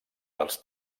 dels